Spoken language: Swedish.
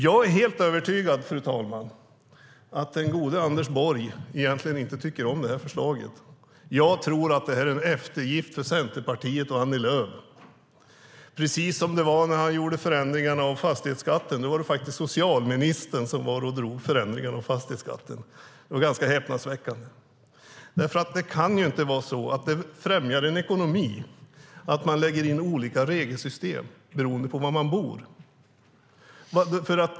Jag är helt övertygad om att den gode Anders Borg egentligen inte tycker om det här förslaget. Jag tror att det är en eftergift för Centerpartiet och Annie Lööf, precis som det var när han gjorde förändringarna av fastighetsskatten. Det var socialministern som drog i förändringarna av fastighetsskatten. Det var ganska häpnadsväckande. Det kan inte vara så att det främjar en ekonomi att man lägger in olika regelsystem beroende på var människor bor.